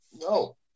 No